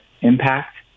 impact